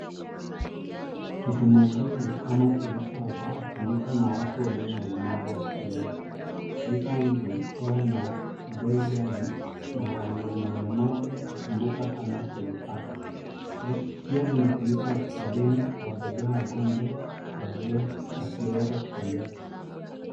Kiti maguru kama kilicho hapa hutumika na watu walio na ulemavu wa kutembea. Viti hivi huwa na bei ghali na walio na ulemavu husumbuka sana kuzipata. Pia zinatumika hospitalini kuwabebea wagonjwa wasioweza kutembea.